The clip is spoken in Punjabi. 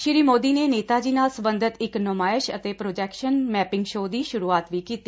ਸ੍ਰੀ ਸੋਦੀ ਨੇ ਨੇਤਾ ਜੀ ਨਾਲ ਸਬੰਧਤ ਇਕ ਨੁਮਾਇਸ਼ ਅਤੇ ਪਰੋਜੇਕਸ਼ਨ ਮੈਪਿੰਗ ਸ਼ੋਅ ਦੀ ਸੁਰੁਆਤ ਵੀ ਕੀਤੀ